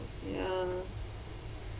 ya